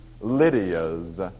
Lydia's